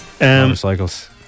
motorcycles